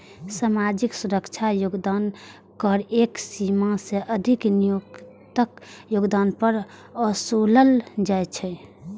सामाजिक सुरक्षा योगदान कर एक सीमा सं अधिक नियोक्ताक योगदान पर ओसूलल जाइ छै